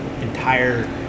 entire